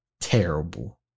Terrible